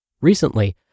Recently